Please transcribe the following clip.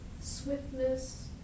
swiftness